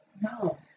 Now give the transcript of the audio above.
No